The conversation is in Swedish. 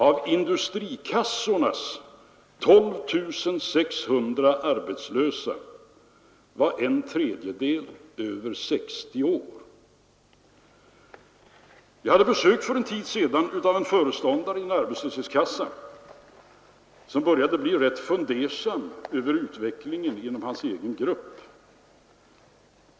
Av industrikassornas 12 600 arbetslösa var en tredjedel över 60 år. Jag hade besök för en tid sedan av en föreståndare för en arbetslöshetskassa. Han började bli rätt fundersam över utvecklingen inom hans egen grupp.